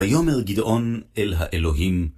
ויאמר גדעון אל האלוהים